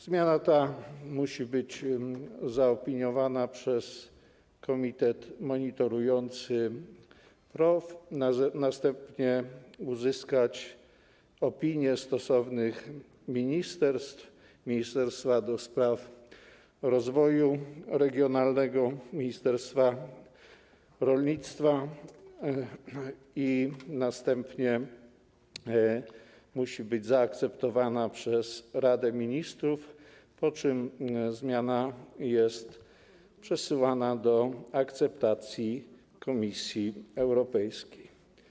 Zmiana ta musi być zaopiniowana przez komitet monitorujący PROW i uzyskać opinie stosownych ministerstw, ministerstwa ds. rozwoju regionalnego, ministerstwa rolnictwa, a następnie musi być zaakceptowana przez Radę Ministrów, po czym jest przesyłana do akceptacji Komisji Europejskiej.